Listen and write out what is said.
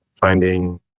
finding